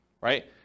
right